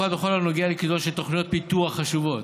בפרט בכל הנוגע לקידומן של תוכניות פיתוח חשובות,